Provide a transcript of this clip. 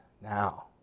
Now